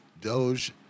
Doge